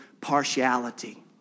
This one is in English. partiality